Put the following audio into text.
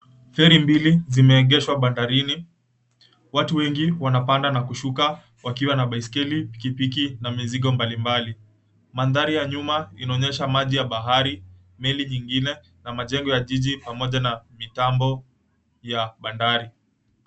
Feri mbili zimeegeshwa bandarini. Watu wengi wanapanda na kushuka wakiwa na baiskeli, pikipiki na mizigo mbalimbali. Mandhari ya nyuma inaonyesha maji ya bahari, meli nyingine na majengo ya jiji, pamoja na mitambo ya bandari.